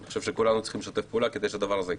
אני חושב שכולנו צריכים לשתף פעולה כדי שהדבר הזה יקרה.